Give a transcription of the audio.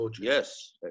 Yes